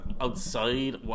outside